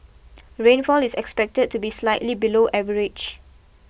rainfall is expected to be slightly below average